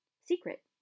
secret